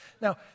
Now